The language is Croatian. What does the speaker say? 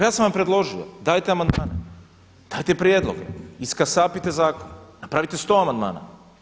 Pa ja sam vam predložio, dajte amandmane, dajte prijedloge, iskasapite zakon, napravite sto amandmana.